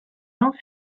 jean